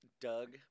Doug